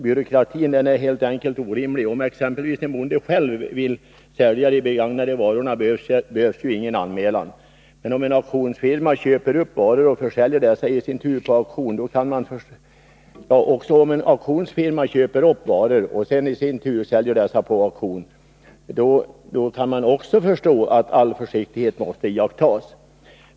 Byråkratin är helt enkelt orimlig. Om exempelvis en bonde själv vill sälja de begagnade varorna, behövs ej anmälan. Om en auktionsfirma köper upp varor och försäljer dessa i sin tur på auktion, kan man förstå att all försiktighet måste iakttas.